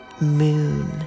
moon